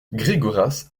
gregoras